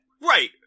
Right